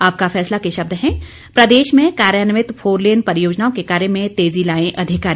आपका फैसला के शब्द हैं प्रदेश में कार्यान्वित फोरलेन परियोजनाओं के कार्य में तेजी लाएं अधिकारी